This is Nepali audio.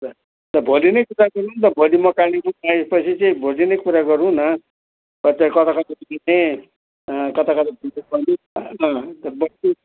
भोलि नै कुरा गरौँ न भोलि म कालेबुङ आए पछि चाहिँ भोलि नै कुरा गरौँ न बस्दै कता कता घुम्ने